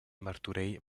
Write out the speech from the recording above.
martorell